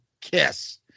kiss